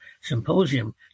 symposium